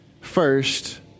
First